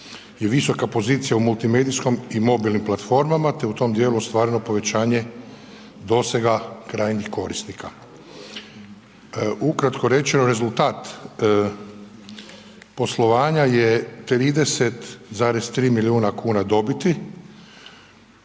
i visoka pozicija u multimedijskom i mobilnim platformama, te u tom dijelu ostvareno povećanje dosega krajnjih korisnika. Ukratko rečeno, rezultat poslovanja je 30,3 milijuna kuna dobiti,